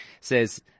says